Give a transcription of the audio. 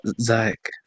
Zach